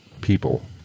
people